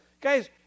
Guys